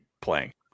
playing